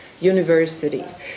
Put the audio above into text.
universities